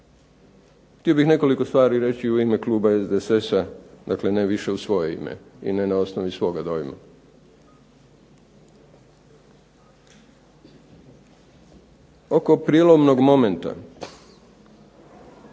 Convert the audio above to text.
Htio bih nekoliko stvari reći u ime kluba SDSS-a, dakle ne više u svoje ime i ne na osnovi svoga dojma. Oko prijelomnog momenta,